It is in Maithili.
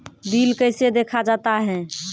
बिल कैसे देखा जाता हैं?